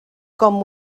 com